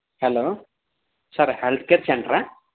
hello sir healthcare సెంట్రా